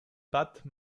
battent